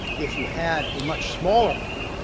if you had a much smaller market,